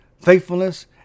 faithfulness